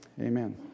amen